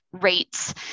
rates